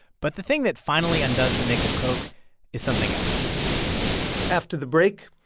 but the thing that finally undoes the nickel coke is something else after the break,